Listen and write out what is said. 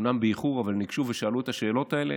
אומנם באיחור, אבל ניגשו ושאלו את השאלות האלה.